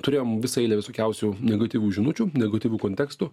turėjom visą eilę visokiausių negatyvių žinučių negatyvių kontekstų